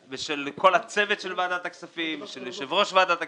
ושל כל הצוות של ועדת הכספים ושל יושב ראש ועדת הכספים.